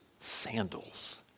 sandals